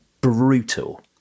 brutal